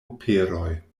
operoj